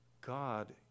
God